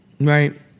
right